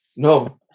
No